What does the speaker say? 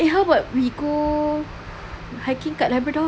eh how about we go hiking kat labrador ah